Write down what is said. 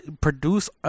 produce